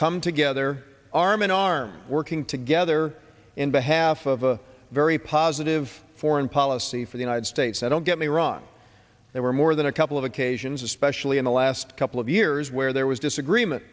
come together arm in arm working together in behalf of a very positive foreign policy for the united states i don't get me wrong there were more than a couple of occasions especially in the last couple of years where there was disagreement